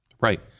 Right